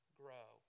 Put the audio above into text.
grow